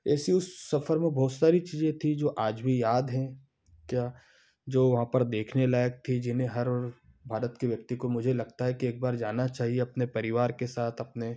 ऐसी उस सफ़र में बहुत सारी चीजे़ थी जो आज भी याद हैं क्या जो वहाँ पर देखने लायक़ थी जिन्हें हर भारत के व्यक्ति को मुझे लगता है कि एक बार जाना चाहिए अपने परिवार के साथ अपने